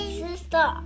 sister